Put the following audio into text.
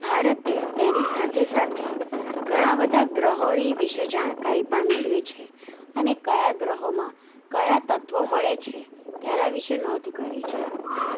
ભારતે તેની સાથે સાથે ઘણા બધા ગ્રહોની વિશે જાણકારી પણ મેળવી છે અને કયા ગ્રહોમાં કયાં તત્ત્વ મળે છે તેના વિશે નોંધ કરી છે